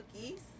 cookies